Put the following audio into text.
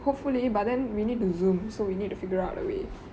hopefully but then we need to Zoom so we need to figure out a way